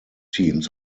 teams